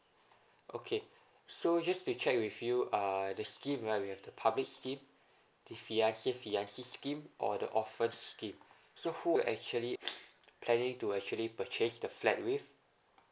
okay so just to check with you uh the scheme right we have the public scheme the fiancé fiancée scheme or the orphans scheme so who actually planning to actually purchase the flat with